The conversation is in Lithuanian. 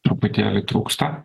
truputėlį trūksta